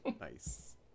Nice